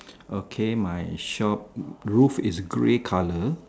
okay my shop roof is grey colour